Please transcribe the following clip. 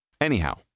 anyhow